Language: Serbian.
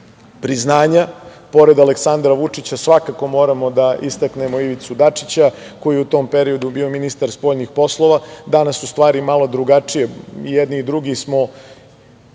priznanja, pored Aleksandra Vučića, svakako moramo da istaknemo Ivicu Dačića koji je u tom periodu bio ministar spoljnih poslova. Danas su stvari malo drugačije, i jedni i drugi smo,